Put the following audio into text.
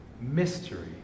mystery